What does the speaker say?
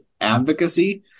advocacy